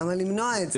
למה למנוע את זה?